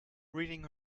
reading